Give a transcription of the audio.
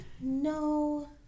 No